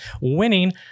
winning